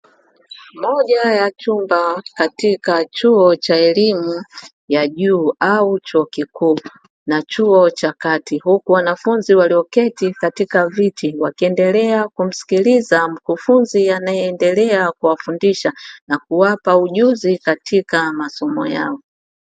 Moja ya chumba katika chuo cha elimu ya juu au chuo kikuu na chuo cha kati, huku wanafunzi walioketi katika viti, wakiendelea kumsikiliza mkufunzi anayeendelea kuwafundisha na kuwapa ujuzi katika masomo yao.